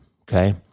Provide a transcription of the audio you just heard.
Okay